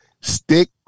Stick